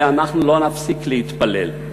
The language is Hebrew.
ואנחנו לא נפסיק להתפלל.